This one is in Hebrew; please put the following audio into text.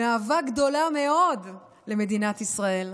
מאהבה גדולה מאוד למדינת ישראל,